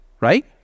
Right